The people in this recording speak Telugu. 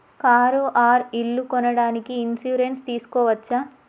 కారు ఆర్ ఇల్లు కొనడానికి ఇన్సూరెన్స్ తీస్కోవచ్చా?